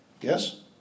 Yes